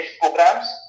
programs